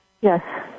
Yes